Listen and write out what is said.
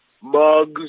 mugs